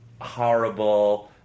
horrible